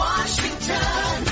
Washington